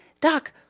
doc